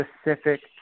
specific